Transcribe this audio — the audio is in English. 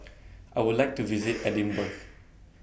I Would like to visit Edinburgh